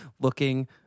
looking